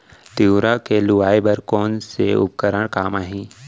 तिंवरा के लुआई बर कोन से उपकरण काम आही?